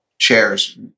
chairs